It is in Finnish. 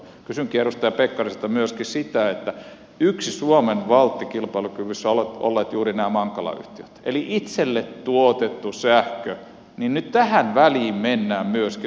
kysynkin edustaja pekkariselta myöskin sitä että kun yksi suomen valtti kilpailukyvyssä ovat olleet juuri nämä mankala yhtiöt eli itselle tuotettu sähkö niin nyt tähän väliin mennään myöskin